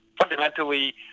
fundamentally